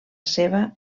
seva